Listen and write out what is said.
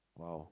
!wow!